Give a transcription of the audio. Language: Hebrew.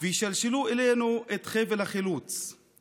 וישלשלו אלינו את חבל החילוץ /